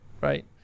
right